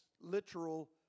literal